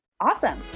awesome